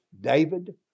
David